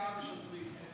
פגיעה בשוטרים.